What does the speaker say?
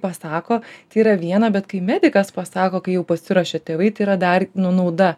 pasako tai yra viena bet kai medikas pasako kai jau pasiruošia tėvai tai yra dar nu nauda